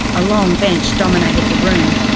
a long bench dominated the room,